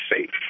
safe